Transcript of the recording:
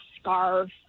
scarf